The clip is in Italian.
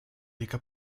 reca